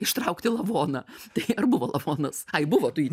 ištraukti lavoną tai ar buvo lavonas ai buvo tu jį